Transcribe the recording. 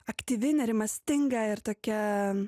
aktyvi nerimastinga ir tokia